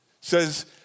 says